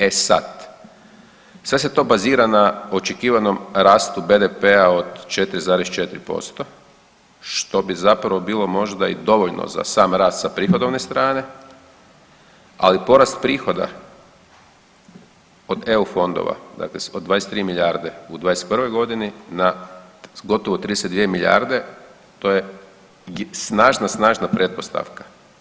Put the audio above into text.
E sad, sve se to bazira na očekivanom rastu BDP-a od 4,4%, što bi zapravo bilo možda i dovoljno za sam rast sa prihodovne strane, ali porast prihoda od EU fondova, dakle od 23 milijarde u '21. g. na gotovo 32 milijarde, to je snažna, snažna pretpostavka.